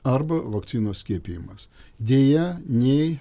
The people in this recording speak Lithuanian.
arba vakcinos skiepijimas deja nei